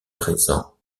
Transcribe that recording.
présents